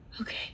Okay